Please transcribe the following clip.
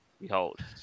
Behold